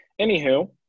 anywho